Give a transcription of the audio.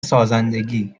سازندگی